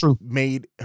made